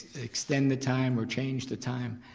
extend the time or change the time,